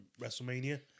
WrestleMania